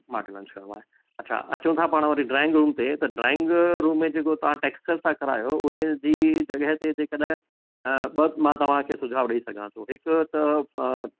modular करिणो आहे अच्छा अचूं था पाण वटि ड्रॉइंग रूम ते त ड्रॉइंग रूम में जेको तव्हां ट्रैक्सचर था करायो उनजी जॻह ते जेकॾहिं बसि मां तव्हांखे सुझाव ॾेई सघां थो हिकु त